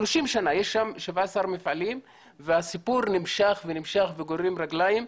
יש שם 17 מפעלים והסיפור נמשך ונמשך וגוררים רגליים.